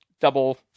Double